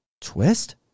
twist